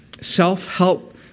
self-help